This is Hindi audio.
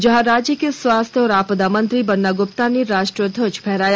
जहां राज्य के स्वास्थ्य एवं आपदा मंत्री बन्ना गुप्ता ने राष्ट्रध्वज फहराया